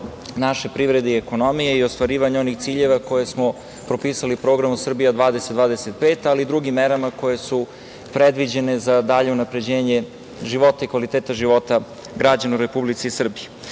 naše privrede i ekonomije i ostvarivanje onih ciljeva koje smo propisali Programom „Srbija 2025“, ali i drugim merama koje su predviđene za dalje unapređenje života i kvaliteta života građana u Republici Srbiji. Ono